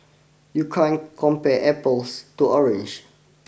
you can't compare apples to oranges